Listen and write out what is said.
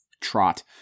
trot